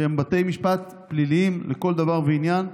שהם בתי משפט פליליים לכל דבר ועניין,